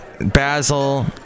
Basil